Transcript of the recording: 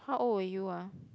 how old were you ah